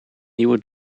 nieuwe